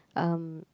um